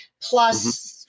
Plus